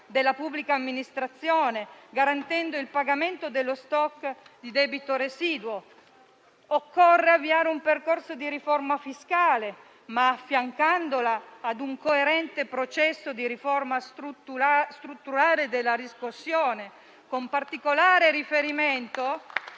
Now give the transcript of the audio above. della pubblica amministrazione e garantendo il pagamento dello *stock* di debito residuo. Occorre avviare un percorso di riforma fiscale, ma affiancandola ad un coerente processo di riforma strutturale della riscossione, con particolare riferimento